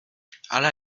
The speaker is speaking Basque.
hala